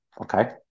okay